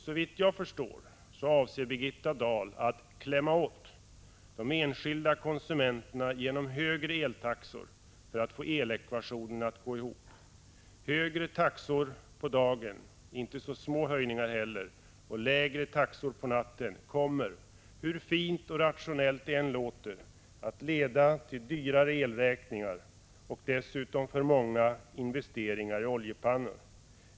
Såvitt jag förstår avser Birgitta Dahl att ”klämma åt” de enskilda konsumenterna genom högre eltaxor för att få elekvationen att gå ihop. Högre taxor på dagen, inte så små höjningar heller, och lägre på natten kommer — hur fint och rationellt det än låter — att leda till dyrare elräkningar och dessutom, för många, investeringar i oljepannor.